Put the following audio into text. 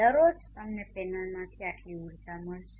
દરરોજ તમને પેનલમાંથી આટલી ઊર્જા મળશે